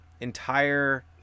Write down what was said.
entire